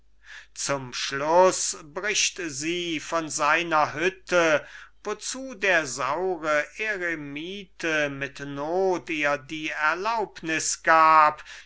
zum schluß bricht sie von seiner hütte wozu der saure eremite mit not ihr die erlaubnis gab